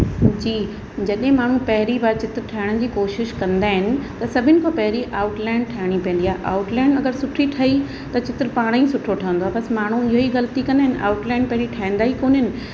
जी जॾहिं माण्हू पहरीं बार चित्र ठाहिण जी कोशिश कंदा आहिनि त सभिनी खां पहरीं आउटलाइन ठाहिणी पवंदी आहे आउटलाइन अगरि सुठी ठही त चित्र पाणेई सुठो ठहंदो आहे बसि माण्हू इहो ई ग़लिती कंदा आहिनि आउटलाइन पंहिंजी ठाहींदा ई कोन्हनि